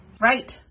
Right